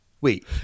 wait